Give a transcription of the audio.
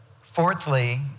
Fourthly